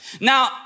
Now